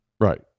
Right